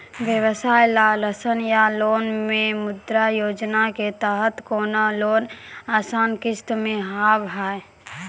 व्यवसाय ला ऋण या लोन मे मुद्रा योजना के तहत कोनो लोन आसान किस्त मे हाव हाय?